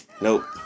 Nope